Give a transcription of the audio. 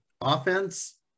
offense